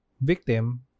victim